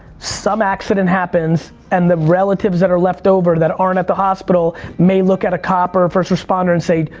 some accident happens and the relatives that are left over that aren't at the hospital may look at a cop or first responder and say,